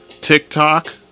TikTok